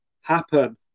happen